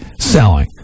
selling